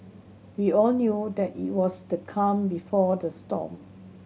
we all knew that it was the calm before the storm